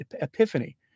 Epiphany